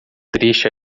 triste